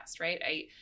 Right